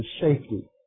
safety